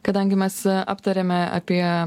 kadangi mes aptarėme apie